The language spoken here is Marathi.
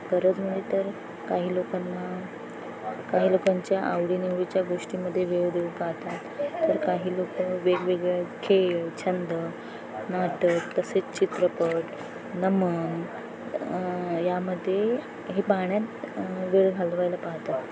गरज म्हणजे तर काही लोकांना काही लोकांच्या आवडीनिवडीच्या गोष्टीमध्ये वेळ देऊ पाहतात तर काही लोकं वेगवेगळे खेळ छंद नाटक तसेच चित्रपट नमन यामध्ये हे पाहण्यात वेळ घालवायला पाहतात